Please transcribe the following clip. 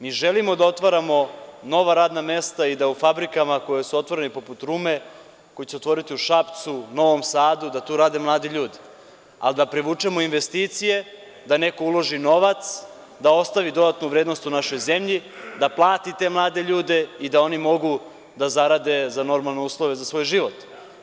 Mi želimo da otvaramo nova radna mesta i da u fabrikama koje su otvorene poput Rume, koja će se otvoriti u Šapcu, Novom Sadu, da tu rade mladi ljudi, ali da privučemo investicije, da neko uloži novac, da ostavi dodatnu vrednost u našoj zemlji, da plati te mlade ljude i da oni mogu da zarade za normalne uslove za svoj život.